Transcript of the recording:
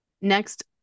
next